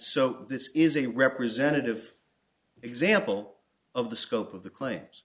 so this is a representative example of the scope of the claims